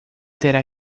terá